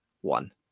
one